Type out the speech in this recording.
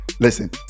Listen